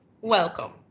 welcome